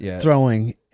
throwing